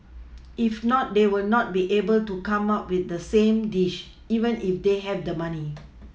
if not they will not be able to come up with the same dish even if they have the money